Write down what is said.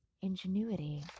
ingenuity